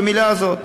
במילה הזאת.